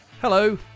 Hello